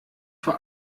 vor